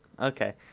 Okay